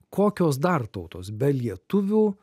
kokios dar tautos be lietuvių